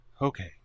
Okay